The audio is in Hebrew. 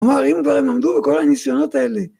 ‫הוא אמר, אם כבר הם עמדו ‫בכל הניסיונות האלה...